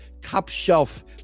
top-shelf